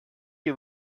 you